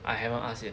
I haven't ask yet